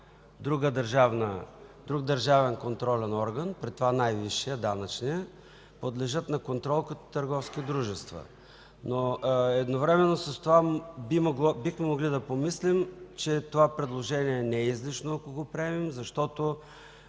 друг държавен контролен орган, при това най висшия, данъчния, подлежат на контрол и като търговски дружества. Едновременно с това бихме могли да помислим, че това предложение не е излишно, ако го приемем. Макар